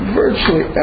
virtually